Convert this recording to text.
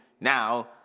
now